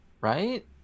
Right